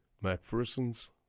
Macpherson's